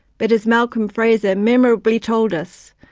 but as malcolm fraser memorably told us,